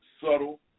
subtle